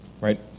right